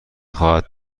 خواهد